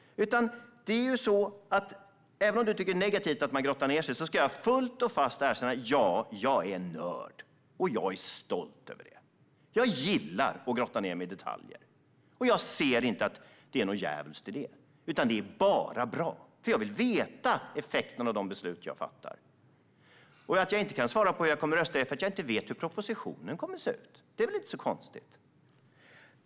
Även om du tycker att det är negativt att man grottar ned sig ska jag fullt och fast erkänna: Ja, jag är en nörd, och jag är stolt över det. Jag gillar att grotta ned mig i detaljer. Jag ser inte att det är något djävulskt i det, utan det är bara bra. Jag vill veta effekterna av de beslut jag fattar. Att jag inte kan svara på hur jag kommer att rösta beror på att jag inte vet hur propositionen kommer att se ut. Det är väl inte så konstigt?